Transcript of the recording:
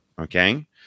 Okay